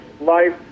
life